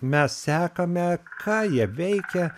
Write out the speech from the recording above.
mes sekame ką jie veikia